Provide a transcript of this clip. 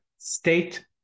state